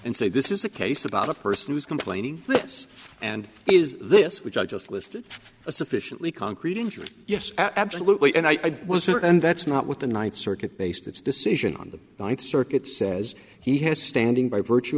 and say this is a case about a person who's complaining this and is this which i just listed a sufficiently concrete injury yes absolutely and i was there and that's not what the ninth circuit based its decision on the ninth circuit says he has standing by virtue